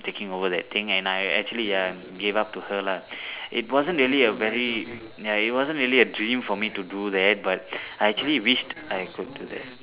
taking over that thing and I actually ya gave up to her lah it wasn't really a very ya it wasn't really a dream for me to do that but I actually wished I could do that